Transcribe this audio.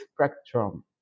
spectrum